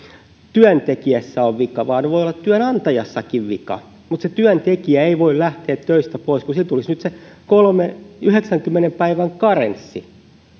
työntekijässä on vika vaan voi olla työnantajassakin vika mutta se työntekijä ei voi lähteä töistä pois kun hänelle tulisi nyt se yhdeksänkymmenen päivän karenssi